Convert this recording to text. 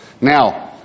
Now